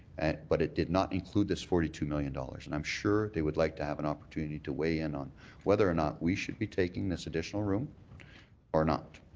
and but it did not include this forty two million dollars. and i'm sure they would like to have an opportunity to weigh in on whether or not we should be taking this additional room or not.